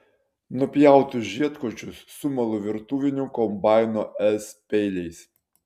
nupjautus žiedkočius sumalu virtuvinio kombaino s peiliais